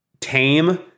tame